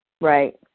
Right